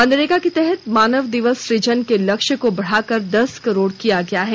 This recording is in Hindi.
मनरेगा के तहत मानव दिवस सुजन के लक्ष्य के को बढ़ाकर दस करोड़ किया गया है